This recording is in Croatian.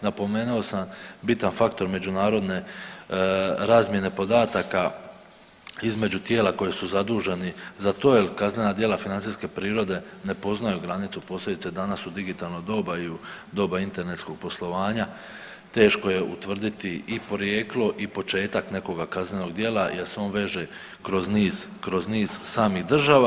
Napomenuo sam bitan faktor međunarodne razmjene podataka između tijela koji su zaduženi za to jer kaznena djela financijske prirode ne poznaju granicu posebice danas u digitalno doba i u doba internetskog poslovanja teško je utvrditi i porijeklo i početak nekoga kaznenog djela jer se on veže kroz niz, kroz niz samih država.